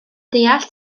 deall